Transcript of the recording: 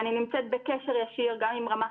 ואני נמצאת בקשר ישיר גם עם רמ"ח